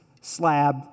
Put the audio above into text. slab